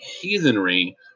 heathenry